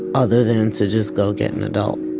other than to just go get an adult